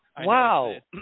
Wow